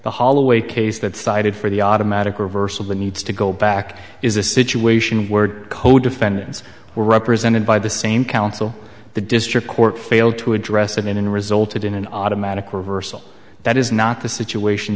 the holloway case that cited for the automatic reversal that needs to go back is a situation were co defendants were represented by the same council the district court failed to address it in resulted in an automatic reversal that is not the situation